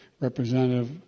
Representative